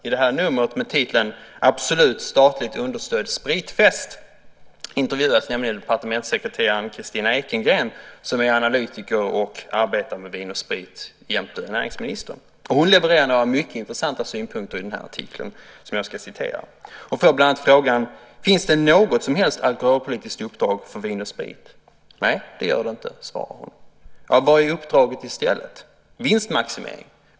I en artikel med rubriken "Absolut statligt understödd spritfest" intervjuas departementssekreteraren Kristina Ekengren som är analytiker och arbetar med Vin & Sprit jämte näringsministern. Hon levererar några mycket intressanta synpunkter i denna artikel som jag ska citera. Hon får bland annat frågan: "Finns det något som helst alkoholpolitiskt uppdrag kvar för Vin & Sprit?" "Nej, det gör det inte", svarar hon. "Vad är uppdraget i stället? Vinstmaximering.